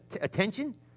attention